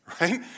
right